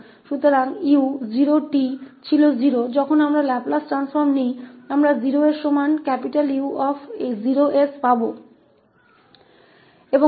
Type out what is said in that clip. तो 𝑢0𝑡 0 था जब हम लैपलेस ट्रांसफॉर्म लेते हैं तो हमें 𝑈0 𝑠 0 के बराबर मिलेगा